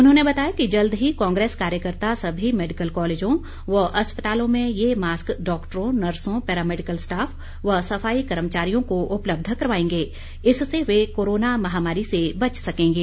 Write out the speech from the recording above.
उन्होंने बताया कि जल्द ही कांग्रेस कार्यकर्ता सभी मैडिकल कॉलेजों व अस्पतालों में ये मास्क डॉक्टरों नर्सों पैरामैडिकल स्टाफ व सफाई कर्मचारियों को उपलब्ध करवाएंगे इससे वे कोरोना महामारी से बच सकेंगे